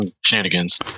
shenanigans